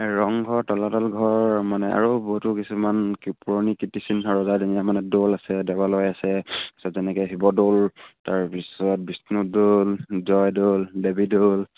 এই ৰংঘৰ তলাতল ঘৰ মানে আৰু বহুতো কিছুমান পুৰণি কীৰ্তিচিহ্ন ৰজাদিনীয়া মানে দৌল আছে দেৱালয় আছে তাছত যেনেকৈ শিৱদৌল তাৰপিছত বিষ্ণুদৌল জয়দৌল দেৱীদৌল